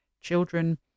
Children